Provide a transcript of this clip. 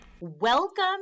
Welcome